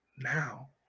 now